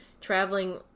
traveling